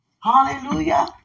Hallelujah